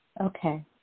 Okay